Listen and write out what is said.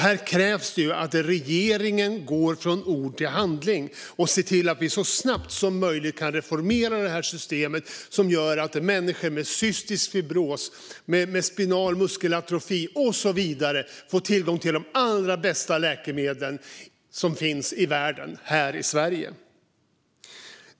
Här krävs det att regeringen går från ord till handling och ser till att vi så snabbt som möjligt kan reformera det här systemet så att människor med cystisk fibros, spinal muskelatrofi och så vidare får tillgång till de allra bästa läkemedel som finns i världen här i Sverige.